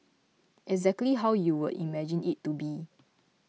exactly how you would imagine it to be